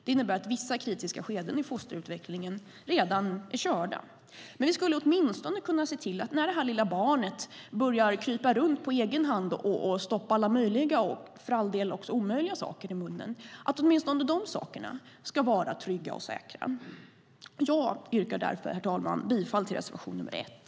Det innebär att vissa kritiska skeden i fosterutvecklingen redan är körda, men vi skulle kunna se till att när det här lilla barnet börjar krypa runt på egen hand och stoppa alla möjliga och för all del också omöjliga saker i munnen ska åtminstone de sakerna vara trygga och säkra. Jag yrkar därför, herr talman, bifall till reservation nr 1.